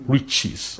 Riches